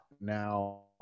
Now